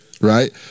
right